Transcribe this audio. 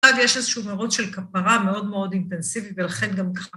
עכשיו יש איזשהו מרות של כפרה מאוד מאוד אינטנסיבית, ולכן גם ככה.